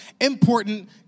important